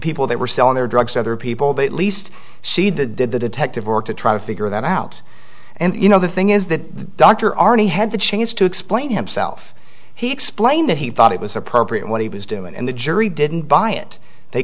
people they were selling their drugs to other people but at least she did the detective work to try to figure that out and you know the thing is that dr arnie had the chance to explain himself he explained that he thought it was appropriate what he was doing and the jury didn't buy it they